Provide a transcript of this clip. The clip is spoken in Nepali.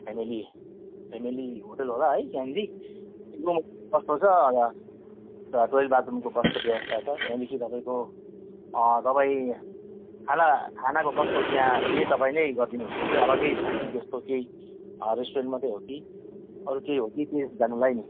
फेमिली फेमिली होटेल होला है त्यहाँनेरि कस्तो छ टोइलेट बाथरूमको कस्तो व्यवस्था छ त्यहाँदेखि तपाईँको तपाईँ खाना खानाको कस्तो त्यहाँ त्यहीँ नै तपाईँले गरिदिनुहुन्छ कि अलग्गै छ कि त्यस्तो केही रेस्ट्रुरेन्ट मात्रै हो कि अरू केही हो कि त्यो जान्नलाई नि